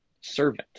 servant